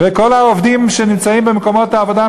וכל העובדים שנמצאים במקומות העבודה,